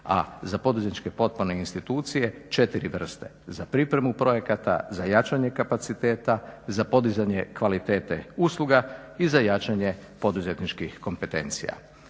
a za poduzetničke potporne institucije četiri vrste: za pripremu projekata, za jačanje kapaciteta, za podizanje kvalitete usluga i za jačanje poduzetničkih kompetencija.